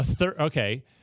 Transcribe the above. Okay